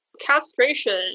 castration